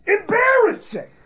Embarrassing